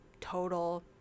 total